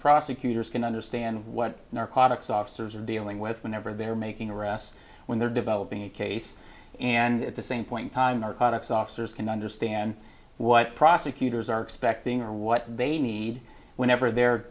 prosecutors can understand what narcotics officers are dealing with whenever they're making arrests when they're developing a case and at the same point time narcotics officers can understand what prosecutors are expecting or what they need whenever they're